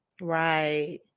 Right